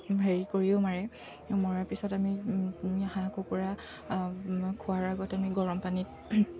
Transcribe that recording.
হেৰি কৰিও মাৰে মৰাৰ পিছত আমি হাঁহ কুকুৰা খোৱাৰ আগত আমি গৰমপানীত